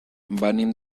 venim